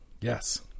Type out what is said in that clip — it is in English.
Yes